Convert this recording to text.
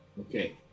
Okay